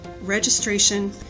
registration